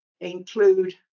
include